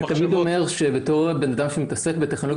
אני תמיד אומר שבתור בן אדם שמתעסק בטכנולוגיה